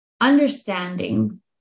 understanding